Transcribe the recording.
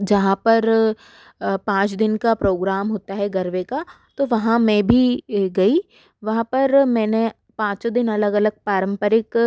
जहाँ पर पाँच दिन का प्रोग्राम होता है गरबे का तो वहाँ मैं भी गई वहाँ पर मैंने पाँचों दिन अलग अलग पारंपरिक